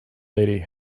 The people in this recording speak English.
lady